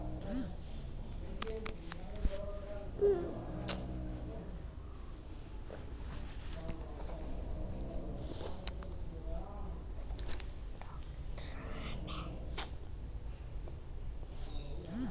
systematic investment plan SIP ಮಾಡಿಸಬಹುದು